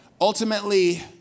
Ultimately